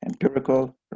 empirical